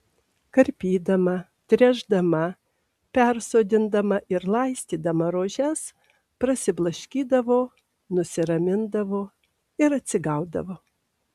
karpydama tręšdama persodindama ir laistydama rožes prasiblaškydavo nusiramindavo ir atsigaudavo